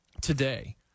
today